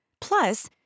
Plus